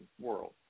world